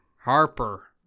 harper